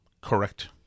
Correct